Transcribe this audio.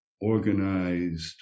organized